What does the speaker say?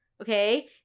okay